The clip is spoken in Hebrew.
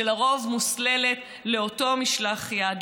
שלרוב מוסללת לאותו משלח יד,